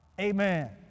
Amen